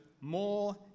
more